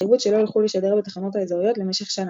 והתחייבות שלא ילכו לשדר בתחנות האזוריות למשך שנה.